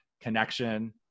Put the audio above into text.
connection